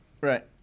Right